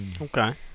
okay